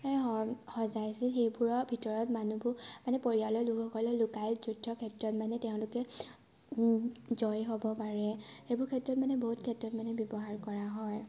এই স সজাইছিল সেইবোৰৰ ভিতৰত মানুহবোৰ মানে পৰিয়ালৰ লোকসকল লুকাই যুদ্ধ ক্ষেত্ৰত মানে তেওঁলোকে জয় হ'ব পাৰে সেইবোৰ ক্ষেত্ৰত মানে বহুত ক্ষেত্ৰত মানে ব্যৱহাৰ কৰা হয়